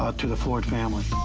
ah to the ford family.